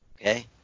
okay